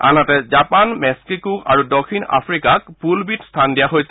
আনহাতে Japan Mexico আৰু দক্ষিণ আফ্ৰিকাক পুল বি ত স্থান দিয়া হৈছে